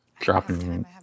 dropping